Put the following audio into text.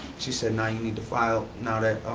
she said now you need to file, now that,